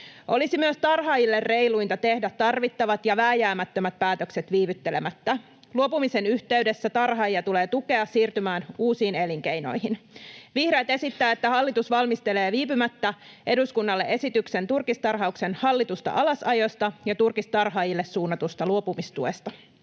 Olisi myös tarhaajille reiluinta tehdä tarvittavat ja vääjäämättömät päätökset viivyttelemättä. Luopumisen yhteydessä tarhaajia tulee tukea siirtymään uusiin elinkeinoihin. Vihreät esittävät, että hallitus valmistelee viipymättä eduskunnalle esityksen turkistarhauksen hallitusta alasajosta ja turkistarhaajille suunnatusta luopumistuesta.